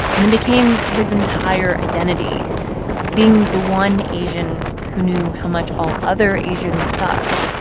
and it became his entire identity being the one asian who knew how much all other asians sucked,